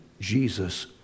Jesus